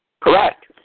Correct